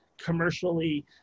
commercially